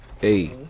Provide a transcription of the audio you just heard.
Hey